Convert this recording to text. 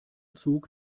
zug